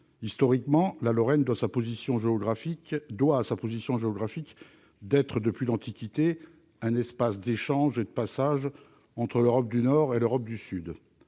Historiquement, la Lorraine doit à sa position géographique d'être, depuis l'Antiquité, un espace d'échanges et de passages entre l'Europe du Nord et l'Europe du Sud.